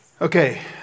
Okay